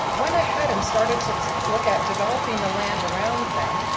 went ahead and started to look at developing the land around them,